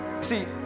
See